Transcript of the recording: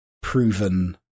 proven